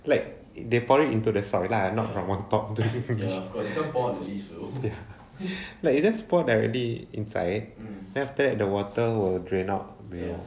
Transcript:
like it they pouring into the side lah not from on top dirty fingers cause her bodily so they're like you just poured directly inside better at the water will drain out man